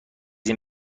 این